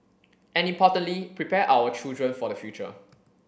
and importantly prepare our children for the future